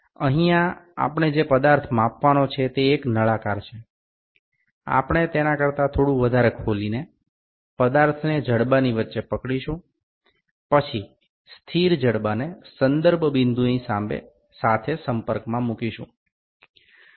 અહીંયા આપણે જે પદાર્થ માપવાનો છે તે એક નળાકાર છે આપણે તેના કરતા થોડું વધારે ખોલીને પદાર્થને જડબાની વચ્ચે પકડીશું પછી સ્થિર જડબાને સંદર્ભ બિંદુની સાથે સંપર્કમાં મુકીશું